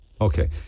Okay